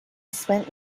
spent